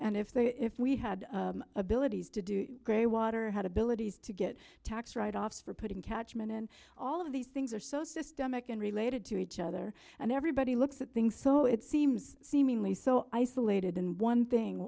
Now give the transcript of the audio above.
and if they if we had abilities to do grey water had abilities to get tax write offs for putting catchment in all of these things are so systemic and related to each other and everybody looks at things so it seems seemingly so isolated in one thing